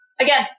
Again